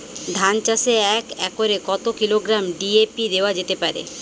ধান চাষে এক একরে কত কিলোগ্রাম ডি.এ.পি দেওয়া যেতে পারে?